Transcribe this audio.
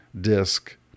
disc